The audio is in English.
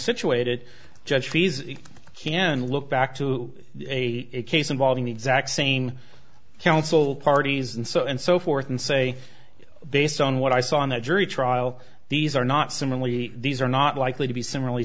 situated judge fees you can look back to a case involving the exact same counsel parties and so and so forth and say based on what i saw in that jury trial these are not similarly these are not likely to be s